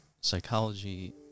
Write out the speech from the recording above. psychology